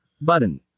button